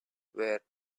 were